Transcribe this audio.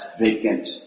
vacant